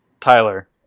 Tyler